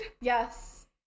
Yes